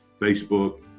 Facebook